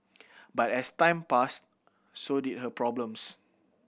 but as time passed so did her problems